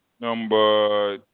Number